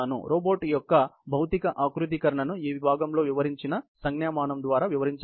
robot యొక్క భౌతిక ఆకృతీకరణను ఈ విభాగంలో వివరించిన సంజ్ఞామానం ద్వారా వివరించవచ్చు